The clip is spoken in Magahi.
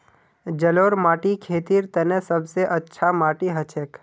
जलौढ़ माटी खेतीर तने सब स अच्छा माटी हछेक